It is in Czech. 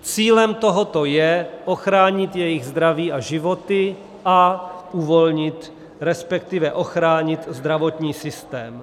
Cílem tohoto je ochránit jejich zdraví a životy a uvolnit, respektive ochránit zdravotní systém.